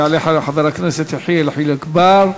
יעלה חבר הכנסת יחיאל חיליק בר,